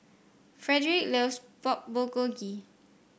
Frederic loves Pork Bulgogi